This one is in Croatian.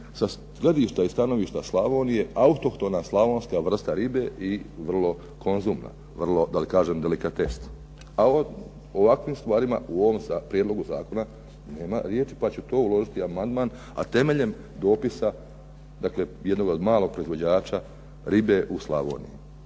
sa gledišta i stanovišta Slavonije autohtona slavonska vrsta ribe i vrlo konzumna, vrlo da kažem delikatesna. A o ovakvim stvarima u ovom prijedlogu zakona nema riječi pa ću to uložiti amandman, a temeljem dopisa, dakle jednoga malog proizvođača ribe u Slavoniji.